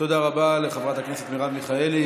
תודה רבה לחברת הכנסת מרב מיכאלי.